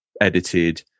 edited